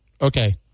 Okay